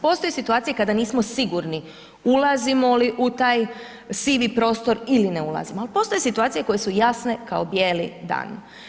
Postoje situacije kada nismo sigurni ulazimo li u taj sivi prostor ili ne ulazimo ali postoje situacije koje su jasne kao bijeli dan.